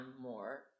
more